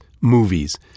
movies